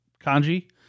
kanji